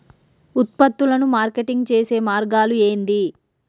ఉత్పత్తులను మార్కెటింగ్ చేసే మార్గాలు ఏంది?